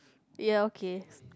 ya okay